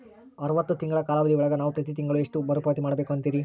ಅರವತ್ತು ತಿಂಗಳ ಕಾಲಾವಧಿ ಒಳಗ ನಾವು ಪ್ರತಿ ತಿಂಗಳು ಎಷ್ಟು ಮರುಪಾವತಿ ಮಾಡಬೇಕು ಅಂತೇರಿ?